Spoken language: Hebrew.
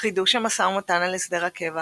חידוש המשא ומתן על הסדר הקבע,